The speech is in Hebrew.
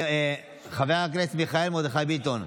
חבר הכנסת מיכאל מרדכי ביטון,